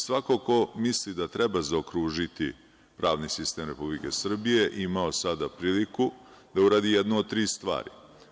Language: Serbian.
Svako ko misli da treba zaokružiti pravni sistem Republike Srbije, imao je sada priliku da uradi jednu od tri stvari.